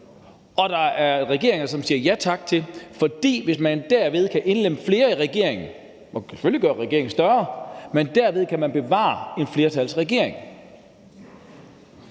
og der er en regering, der siger ja tak til det, for hvis man derved kan indlemme flere i regeringen og selvfølgelig gøre regeringen større, kan man bevare en flertalsregering.